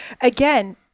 again